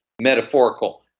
metaphorical